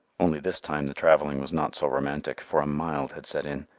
only this time the travelling was not so romantic, for a mild had set in,